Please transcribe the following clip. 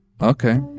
Okay